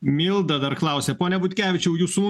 milda dar klausia pone butkevičiau jūsų